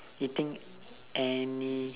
eating any